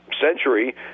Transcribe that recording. century